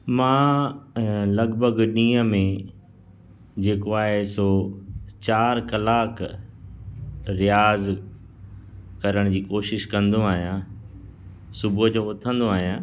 मां लॻभॻि ॾींहं में जेको आहे सो चारि कलाक रियाज़ करण जी कोशिशि कंदो आहियां सुबुह जो उथंदो आहियां